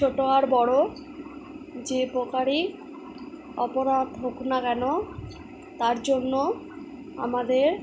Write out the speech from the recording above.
ছোটো আর বড়ো যে প্রকারই অপরাধ হোক না কেন তার জন্য আমাদের